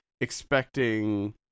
expecting